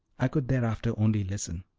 i could thereafter only listen,